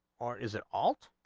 or is it all